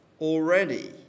already